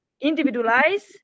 individualize